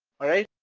alright?